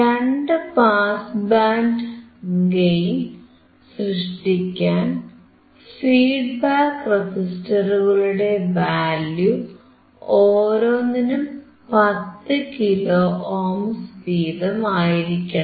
2 pass band gain സൃഷ്ടിക്കാൻ feedback റെസിസ്റ്ററുകളുടെ value ഓരോന്നിനും 10 കിലോ ഓംസ് വീതം ആയിരിക്കണം